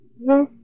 Yes